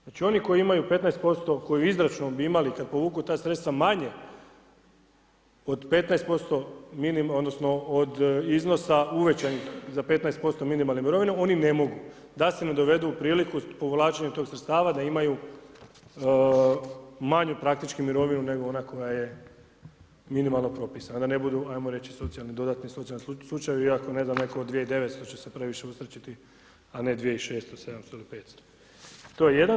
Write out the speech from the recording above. Znači oni koji imaju 15%, koji izračunom bi imali kad povuku ta sredstva manje od 15% odnosno od iznosa uvećanih za 15% minimalne mirovine, oni ne mogu da se ne dovedu u priliku povlačenja tih sredstava da imaju manju praktički mirovinu nego ona koja je minimalna propisana a da ne budu ajmo reći dodatni socijalni slučajevi iako ne znam netko od 2900 da će se previše usrećiti a ne 2600, 700 ili 500, to je jedan.